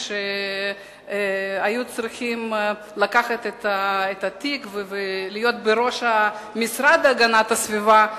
כשהיו צריכים לקחת את התיק ולהיות בראש המשרד להגנת הסביבה,